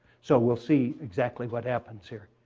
so we'll see exactly what happens here.